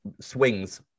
swings